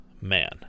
man